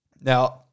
Now